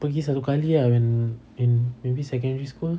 pergi satu kali ah when in maybe secondary school